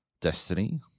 Destiny